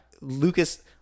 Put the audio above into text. Lucas